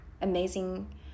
amazing